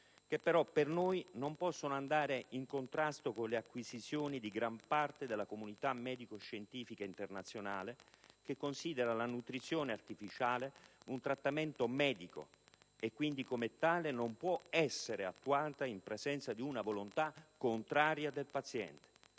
che però, per noi, non possono andare in contrasto con le acquisizioni di gran parte della comunità medico-scientifica internazionale, che considera la nutrizione artificiale un trattamento medico e, quindi, come tale, non può essere attuata in presenza di una volontà contraria del paziente.